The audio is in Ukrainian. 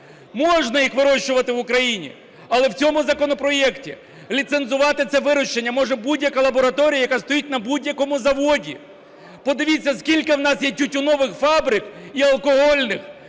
Можна їх вирощувати в Україні. Але в цьому законопроекті ліцензувати це вирощення може будь-яка лабораторія, яка стоїть на будь-якому заводі. Подивіться, скільки у нас є тютюнових фабрик і алкогольних,